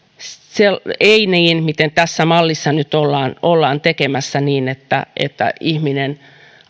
ei niin kuin tässä mallissa nyt ollaan ollaan tekemässä että että ihminen